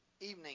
evening